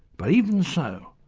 but even so,